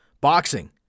boxing